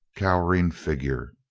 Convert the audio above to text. cowering figure.